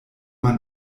man